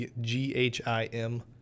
G-H-I-M